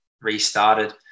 restarted